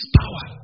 power